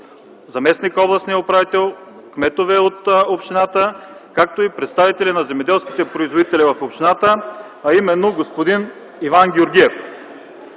заместник-областния управител, кметове от общината, както и представители на земеделските производители в общината, а именно господин Иван Георгиев.